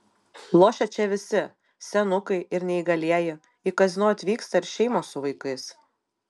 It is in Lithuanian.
lošia čia visi senukai ir neįgalieji į kazino atvyksta ir šeimos su vaikais